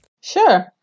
Sure